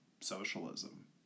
socialism